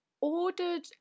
ordered